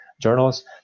journals